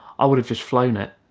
i would have. just flown it.